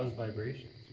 vibration